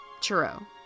Churro